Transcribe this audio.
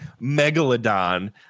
megalodon